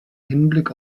hinblick